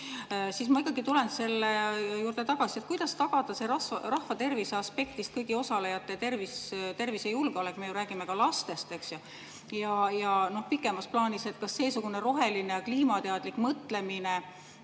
Ma ikkagi tulen selle juurde tagasi, kuidas tagada rahvatervise aspektist kõigi osalejate tervis, tervisejulgeolek. Me ju räägime ka lastest, eks ju. Kas pikemas plaanis seesugune roheline kliimateadlik mõtlemine,